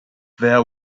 there